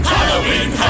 Halloween